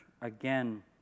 again